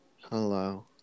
Hello